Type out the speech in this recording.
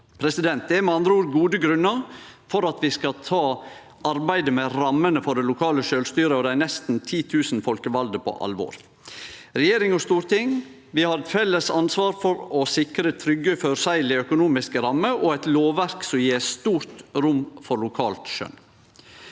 Det er med andre ord gode grunnar til at vi skal ta arbeidet med rammene for det lokale sjølvstyret og dei nesten 10 000 folkevalde på alvor. Regjering og storting har eit felles ansvar for å sikre trygge, føreseielege økonomiske rammer og eit lovverk som gjev stort rom for lokalt skjøn.